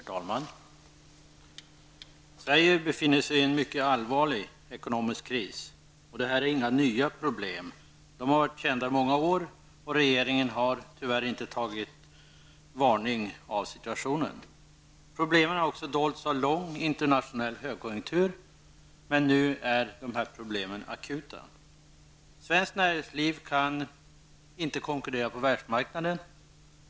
Herr talman! Sverige befinner sig i en mycket allvarlig ekonomisk kris. Det är inga nya problem. De har varit kända i många år, men regeringen har tyvärr inte tagit varning av situationen. Problemen har också dolts av lång internationell högkonjunktur. Men nu är problemen akuta. Svenskt näringsliv kan inte konkurrera på världsmarknaden.